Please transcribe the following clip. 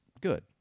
Good